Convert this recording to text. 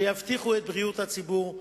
שיבטיחו את בריאות הציבור,